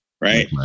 Right